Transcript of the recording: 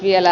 vielä